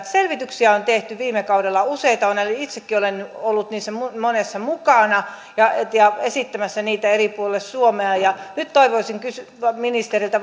selvityksiä on tehty viime kaudella useita itsekin olen ollut niissä monessa mukana ja ja esittämässä niitä eri puolille suomea nyt toivoisin ministeriltä